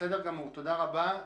בסדר גמור, תודה רבה.